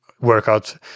Workout